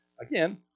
Again